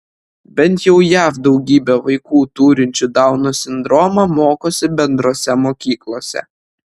bent jau jav daugybė vaikų turinčių dauno sindromą mokosi bendrose mokyklose